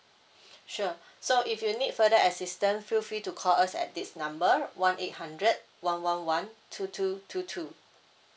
sure so if you need further assistance feel free to call us at this number one eight hundred one one one two two two two